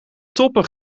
toppen